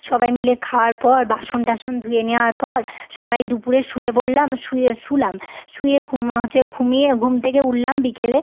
সবাই মিলে খাওয়ার পর বাসন টাসন ধুয়ে নেওয়ার পর সবাই দুপুরে শুয়ে পড়লাম শুয়ে শুলাম শুয়ে ঘুম হচ্ছে ঘুমিয়ে ঘুম থেকে উঠলাম বিকেলে